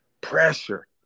Pressure